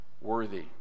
worthy